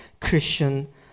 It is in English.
Christian